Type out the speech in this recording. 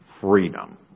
freedom